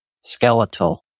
skeletal